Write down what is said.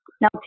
Now